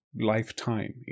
lifetime